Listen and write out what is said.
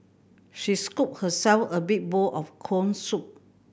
she scooped herself a big bowl of corn soup